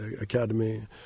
Academy